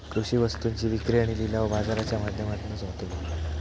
कृषि वस्तुंची विक्री आणि लिलाव बाजाराच्या माध्यमातनाच होतलो